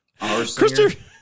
Christopher